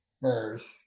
first